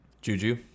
Juju